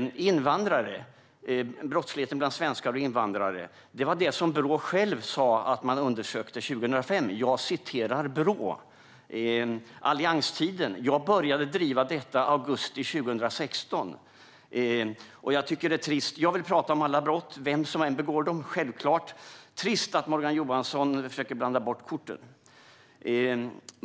ordet invandrare har Brå självt sagt att det man 2005 undersökte var brottsligheten bland svenskar och invandrare. Det är alltså det ord som Brå använder. När det gäller allianstiden började jag driva detta i augusti 2016. Jag vill prata om alla brott, vem som än begår dem. Det är självklart. Jag tycker att det är trist att Morgan Johansson försöker blanda bort korten.